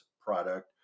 product